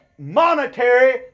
Monetary